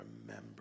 remember